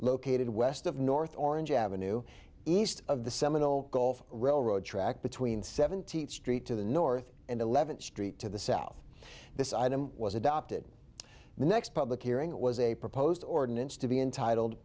located west of north orange ave east of the seminal golf railroad track between seventeenth street to the north and eleventh street to the south this item was adopted the next public hearing it was a proposed ordinance to be entitled